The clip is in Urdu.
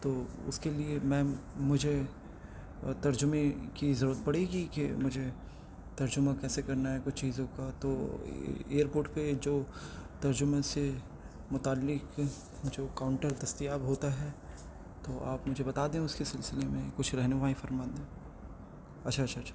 تو اس کے لیے میم مجھے ترجمے کی ضرورت پڑے گی کہ مجھے ترجمہ کیسے کرنا ہے کچھ چیزوں کا تو ایئر پورٹ پہ جو ترجمے سے متعلق جو کاؤنٹر دستیاب ہوتا ہے تو آپ مجھے بتا دیں اس کے سلسلے میں کچھ رہنمائی فرما دیں اچھا اچھا اچھا